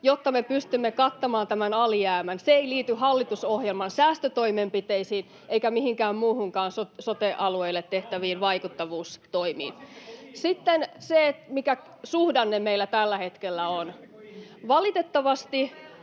jotta me pystymme kattamaan tämän alijäämän, eivät liity hallitusohjelman säästötoimenpiteisiin eivätkä mihinkään muihinkaan sote-alueille tehtäviin vaikuttavuustoimiin. Sitten siitä, mikä suhdanne meillä tällä hetkellä on: Valitettavasti